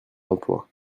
l’emploi